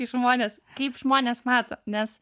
žmonės kaip žmonės mato nes